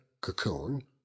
cocoon